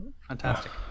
fantastic